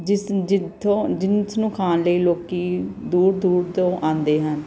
ਜਿਸ ਜਿੱਥੋਂ ਜਿਸਨੂੰ ਖਾਣ ਲਈ ਲੋਕ ਦੂਰ ਦੂਰ ਤੋਂ ਆਉਂਦੇ ਹਨ